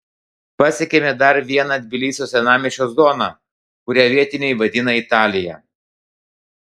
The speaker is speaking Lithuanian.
pasiekėme dar vieną tbilisio senamiesčio zoną kurią vietiniai vadina italija